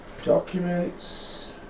Documents